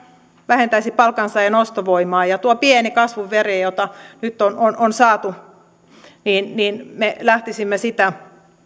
vähentäisi palkansaajien ostovoimaa tuota pientä kasvun värettä jota nyt on on saatu me lähtisimme